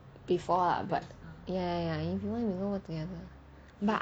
before lah but yeah yeah if you want we go work together but